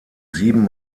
sieben